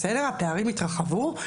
הפערים התרחבו,